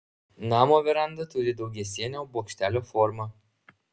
namo veranda turi daugiasienio bokštelio formą